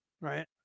right